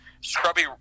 scrubby